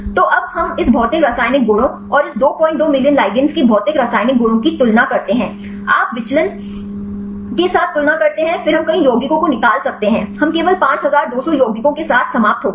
तो अब हम इस भौतिक रासायनिक गुणों और इस 22 मिलियन ligands के भौतिक रासायनिक गुणों की तुलना करते हैं आप विचलन के साथ तुलना करते हैं फिर हम कई यौगिकों को निकाल सकते हैं हम केवल 5200 यौगिकों के साथ समाप्त हो गए